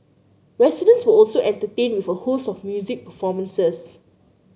residents were also entertained with a host of music performances